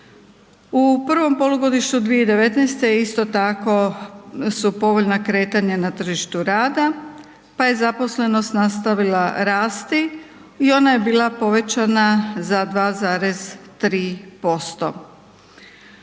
U prvom polugodištu 2019. isto tako su povoljna kretanja na tržištu rada pa je zaposlenost nastavila rasti i ona je bila povećana za 2,3%.